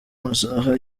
amasaha